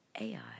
AI